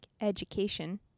education